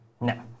No